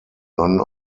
none